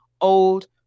old